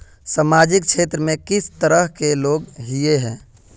सामाजिक क्षेत्र में किस तरह के लोग हिये है?